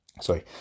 sorry